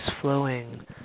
flowing